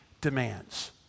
demands